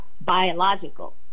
biological